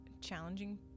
challenging